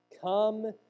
Come